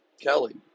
Kelly